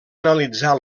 analitzar